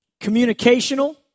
communicational